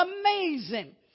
amazing